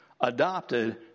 adopted